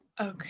Okay